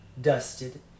dusted